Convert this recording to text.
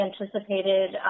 anticipated